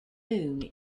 moon